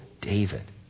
David